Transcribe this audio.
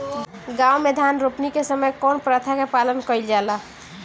गाँव मे धान रोपनी के समय कउन प्रथा के पालन कइल जाला?